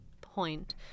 point